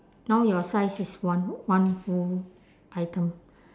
now your size is one one full item